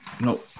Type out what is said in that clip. No